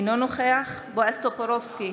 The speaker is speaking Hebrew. אינו נוכח בועז טופורובסקי,